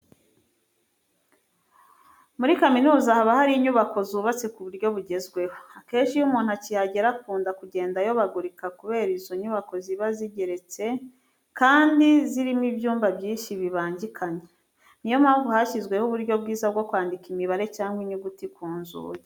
Muri kaminuza haba hari inyubako zubutse ku buryo bugezweho. Akenshi iyo umuntu akihagera akunda kugenda ayobagurika kubera ko izo nyubako ziba zigeretse kandi zirimo ibyumba byinshi bibangikanye. Ni yo mpamvu hashyizweho uburyo bwiza bwo kwandika imibare cyangwa inyuguti ku nzugi.